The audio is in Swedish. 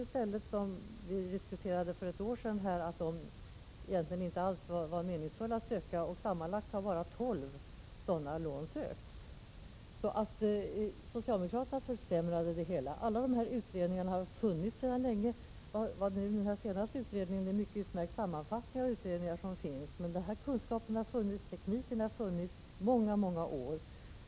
För cirka ett år sedan diskuterade vi dessa lån, och det sades då att dessa lån inte var särskilt meningsfulla att söka. Sammanlagt har endast tolv sådana lån sökts. Socialdemokraterna försämrade således det hela. Alla dessa utredningar har funnits sedan länge. Den senaste utredningen utgör en mycket bra sammanfattning av de utredningar som finns. Men kunskapen och tekniken har funnits i många år.